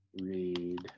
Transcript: read